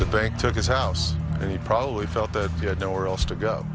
the bank took his house and he probably felt that he had nowhere else to go